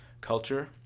culture